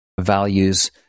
values